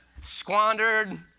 squandered